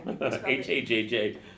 H-A-J-J